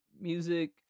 music